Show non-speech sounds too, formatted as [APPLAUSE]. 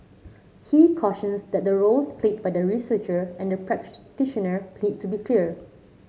he cautions that the roles played by the researcher and the practitioner [UNINTELLIGIBLE] to be clear